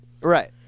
right